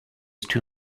too